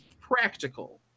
practical